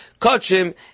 kachim